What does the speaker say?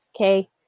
Okay